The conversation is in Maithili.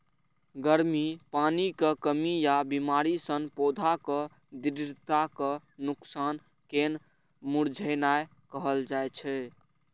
गर्मी, पानिक कमी या बीमारी सं पौधाक दृढ़ताक नोकसान कें मुरझेनाय कहल जाइ छै